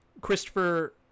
christopher